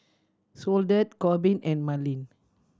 Soledad Korbin and Marlin